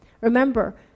Remember